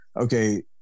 okay